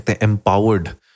empowered